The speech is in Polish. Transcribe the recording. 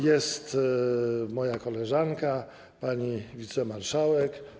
Jest moja koleżanka, pani wicemarszałek.